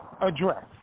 address